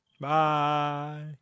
Bye